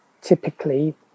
typically